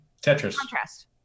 Tetris